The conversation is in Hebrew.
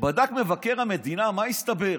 כשבדק מבקר המדינה, מה הסתבר?